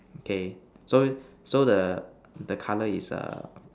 okay so so the the color is